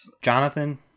jonathan